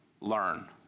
learn